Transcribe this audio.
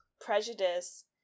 prejudice